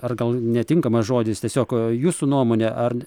ar gal netinkamas žodis tiesiog jūsų nuomone ar